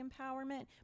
empowerment